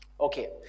Okay